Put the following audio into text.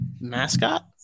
mascot